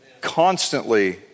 Constantly